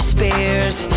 Spears